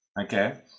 Okay